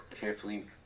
carefully